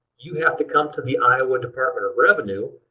you have to come to the iowa department of revenue,